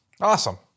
Awesome